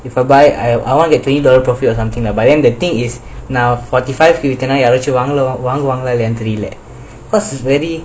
if I buy I want get to get twenty profit or something lah but then the thing is now forty five வித்தேன்ன யாரவது வங்கு வாங்கல இல்லனு தெரில:vithaenna yaaruvathu vangu vanguvangala illanu therila cause is very